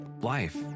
Life